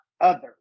others